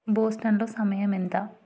బోస్టన్లో సమయం ఎంత